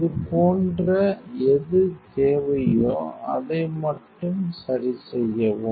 இது போன்ற பார்க்க Ti 3053 எது தேவையோ அதை மட்டும் சரிசெய்யவும்